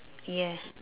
yeah